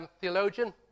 theologian